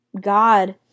God